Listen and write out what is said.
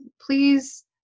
please